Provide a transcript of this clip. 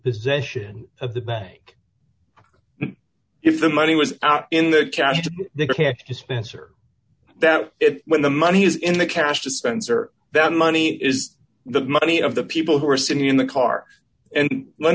possession of the bank if the money was out in the cash dispenser that if when the money is in the cash dispenser that money is the money of the people who are sitting in the car and let